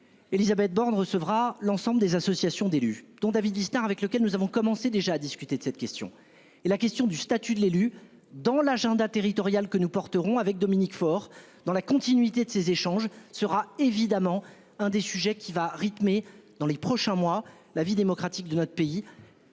Élisabeth Borne recevra l'ensemble des associations d'élus, dont David Lisnard avec lequel nous avons commencé déjà discuté de cette question et la question du statut de l'élu dans l'agenda territorial que nous porterons avec Dominique Faure dans la continuité de ses échanges sera évidemment un des sujets qui va rythmer dans les prochains mois la vie démocratique de notre pays.